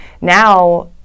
now